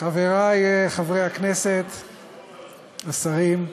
חברי חברי הכנסת, השרים,